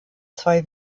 zwei